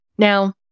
Now